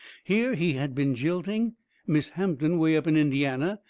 here he had been jilting miss hampton way up in indiany,